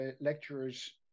lecturers